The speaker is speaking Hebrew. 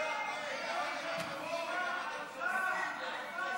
לוועדה את הצעת חוק השידור הציבורי הישראלי (תיקון מס'